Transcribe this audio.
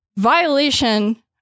Violation